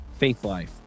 faithlife